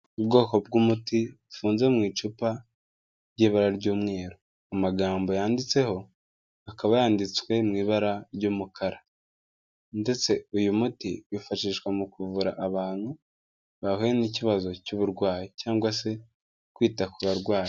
Ubwoko bw'umuti bufunze mu icupa ry'ibara ry'umweru, amagambo yanditseho akaba yanditswe mu ibara ry'umukara ndetse uyu muti wifashishwa mu kuvura abantu bahuye n'ikibazo cy'uburwayi cyangwa se kwita ku barwayi.